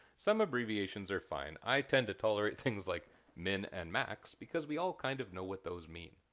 some abbreviations are fine. i tend to tolerate things like min and max because we all kind of know what those mean,